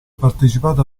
partecipato